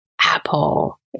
Apple